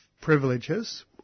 privileges